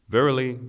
Verily